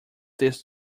this